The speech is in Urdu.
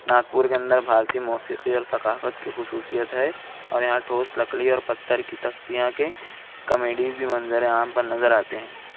ناگپور کے اندر بھارتیہ موسیقی اور ثقافت کی خصوصیت ہے اور یہاں ٹھوس لکڑی اور پتھر کی تختیاں کے کمیڈیز منظر عام پر نظر آتے ہیں